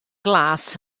glas